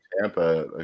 Tampa